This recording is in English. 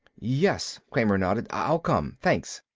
yes. kramer nodded. i'll come. thanks.